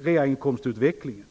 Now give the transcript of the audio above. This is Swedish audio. realinkomstutvecklingen.